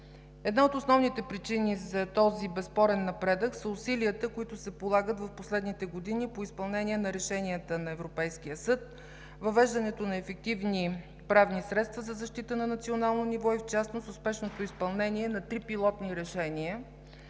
Една от основните причини за този безспорен напредък са усилията, които се полагат в последните години по изпълнение решенията на Европейския съд, въвеждането на ефективни правни средства за защита на национално ниво и в частност успешното изпълнение на три пилотни решения,